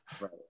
Right